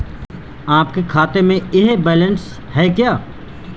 आपके खाते में यह बैलेंस है क्या?